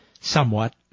somewhat